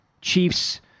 Chiefs